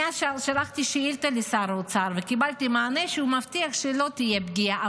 אני שלחתי אז שאילתה לשר האוצר וקיבלתי מענה שהוא מבטיח שלא תהיה פגיעה.